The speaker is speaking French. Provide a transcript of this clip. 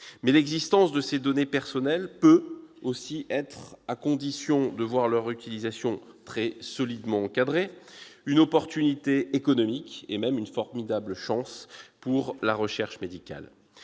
Mais l'existence de ces données personnelles peut aussi être, à condition de voir leur utilisation très solidement encadrée, une opportunité économique, et même une formidable chance pour la recherche médicale.